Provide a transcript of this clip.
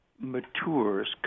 matures